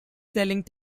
selling